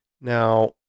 Now